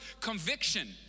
conviction